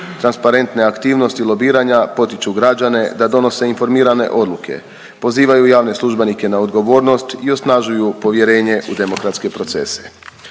Transparentne aktivnosti lobiranja potiču građane da donose informirane odluke, pozivaju javne službenike na odgovornost i osnažuju povjerenje u demokratske procese.